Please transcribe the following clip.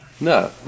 No